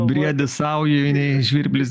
briedis saujoj nei žvirblis